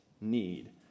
need